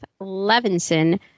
Levinson